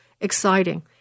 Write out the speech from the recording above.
exciting